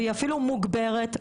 והיא אפילו מוגברת מהחוק.